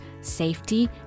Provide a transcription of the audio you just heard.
safety